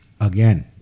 Again